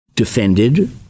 Defended